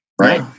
Right